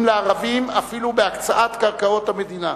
לערבים אפילו בהקצאת קרקעות המדינה.